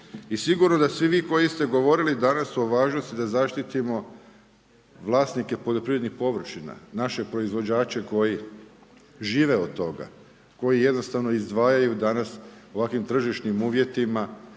sigurno da svi vi koji ste govorili danas o važnosti da zaštitimo vlasnike poljoprivrednih površina, naše proizvođače koji žive od toga. Koji jednostavno izdvajaju danas ovakvim tržišnim uvjetima,